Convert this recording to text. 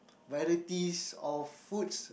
varieties of foods